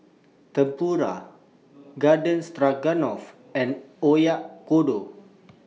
Tempura Garden Stroganoff and Oyakodon